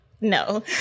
No